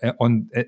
on